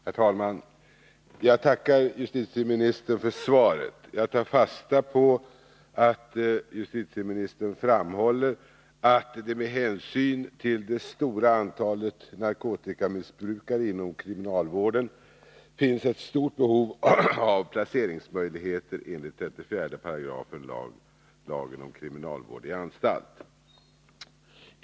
Herr talman! Jag tackar justitieministern för svaret. Jag tar fasta på att justitieministern framhåller att det med hänsyn till det stora antalet narkotikamissbrukare inom kriminalvården finns ett stort behov av placeringsmöjligheter enligt 34 § lagen om kriminalvård i anstalt.